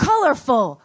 Colorful